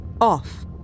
off